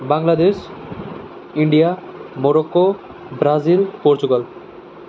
Bangladesh India Morocco Brazil Portugal